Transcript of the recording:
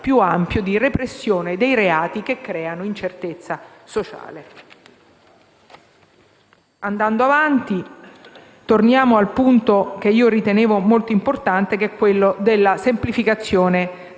più ampio di repressione dei reati che creano incertezza sociale. Andando avanti, torniamo al punto che io ritenevo molto importante, quello della semplificazione